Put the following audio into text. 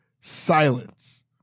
silence